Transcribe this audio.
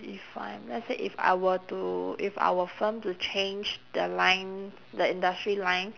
if I'm let's say if I were to if I were firm to change the line the industry line